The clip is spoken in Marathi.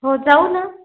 हो जाऊ ना